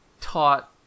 taught